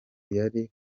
yari